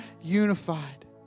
unified